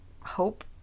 Hope